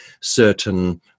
certain